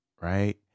right